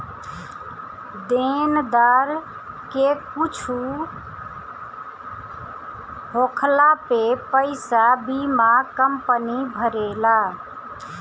देनदार के कुछु होखला पे पईसा बीमा कंपनी भरेला